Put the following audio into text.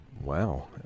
Wow